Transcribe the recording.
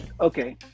Okay